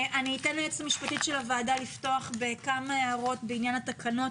אני אתן ליועצת המשפטית של הוועדה לפתוח בכמה הערות בעניין התקנות.